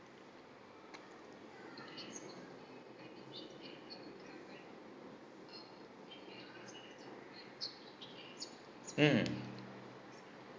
mm